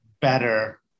better